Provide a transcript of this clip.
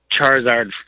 Charizard